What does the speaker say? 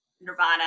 Nirvana